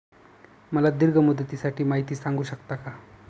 मला दीर्घ मुदतीसाठी माहिती सांगू शकता का?